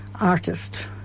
artist